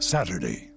Saturday